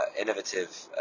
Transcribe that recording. innovative